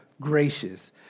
gracious